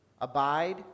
abide